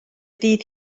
fydd